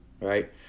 Right